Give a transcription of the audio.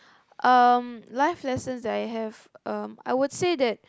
um life lessons I have um I would say that